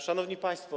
Szanowni Państwo!